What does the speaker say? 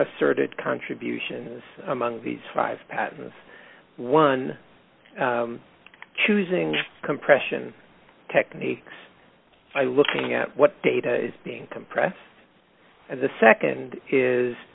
asserted contributions among these five patterns one choosing compression techniques i looking at what data is being compressed and the nd is